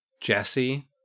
Jesse